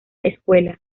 escuela